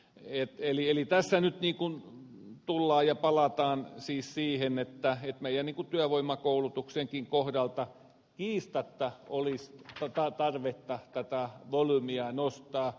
eli tässä nyt tullaan ja palataan siis siihen että meidän työvoimakoulutuksemmekin kohdalta kiistatta olisi tarvetta tätä volyymiä nostaa